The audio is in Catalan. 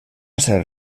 ser